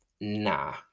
nah